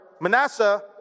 Manasseh